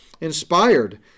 inspired